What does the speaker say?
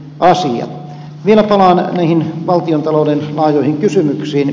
vielä palaan näihin valtiontalouden laajoihin kysymyksiin